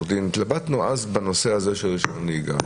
התלבטנו אז בנושא הזה של רישיון נהיגה.